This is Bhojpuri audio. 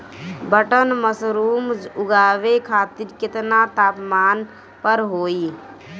बटन मशरूम उगावे खातिर केतना तापमान पर होई?